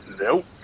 Nope